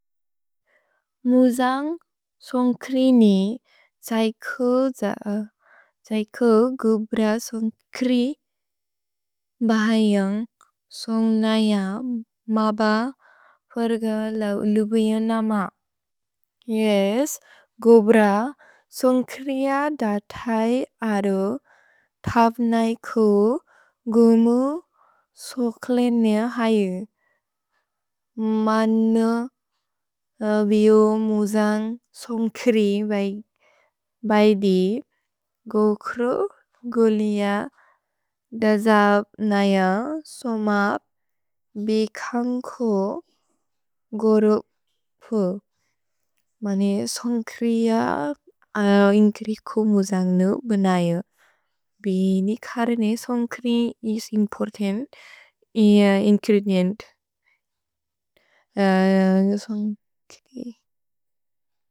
मुजन्ग् सोन्ग्क्रि नि त्सैको गोब्र सोन्ग्क्रि बहयोन्ग् सोन्ग् नय मब फर्ग लौलुबुयोन् नम। येस्, गोब्र सोन्ग्क्रिय द थै अरो थप् नै को गुमु सोक्लेनिअ हयु। मने बिओ मुजन्ग् सोन्ग्क्रि बहय्दि गो क्रुक्, गो लिअ, द थप् नय, सोमप्, बि कन् को गोरुपु। मने सोन्ग्क्रिय इन्क्रिकु मुजन्ग् नु बेनयु। भि नि कर्ने सोन्ग्क्रि इस् इम्पोर्तन्त् इअ इन्ग्रेदिएन्त्।